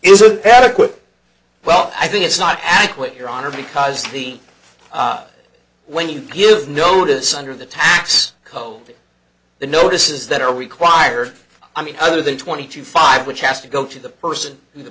it's a bad quip well i think it's not adequate your honor because the when you give notice under the tax code the notices that are required i mean other than twenty two five which has to go to the person the